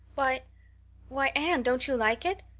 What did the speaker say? why why anne, don't you like it?